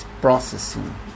processing